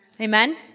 Amen